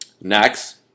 Next